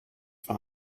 war